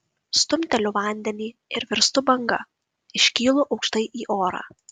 stumteliu vandenį ir virstu banga iškylu aukštai į orą